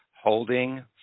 holding